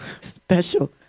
special